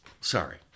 Sorry